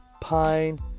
pine